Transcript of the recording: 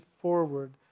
forward